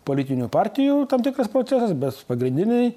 politinių partijų tam tikras procesas bet pagrindiniai